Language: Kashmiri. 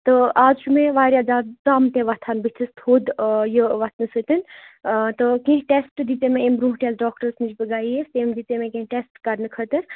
تہٕ آز چھُ مےٚ واریاہ زِیادٕ دَم تہِ وَتھَان بٕتھِس تھوٚد یہِ وَتھنہٕ سۭتنۍ تہٕ کیٚنٛہہ ٹیٚسٹ دِتے تیٚم مےٚ امہِ برٛونٛٹھ یَس ڈاکٹَرَس نِش بہٕ گٔیَس تٔمۍ دِت مےٚ کیٚںٛہہ ٹیٚسٹ کَرنہٕ خٲطرٕ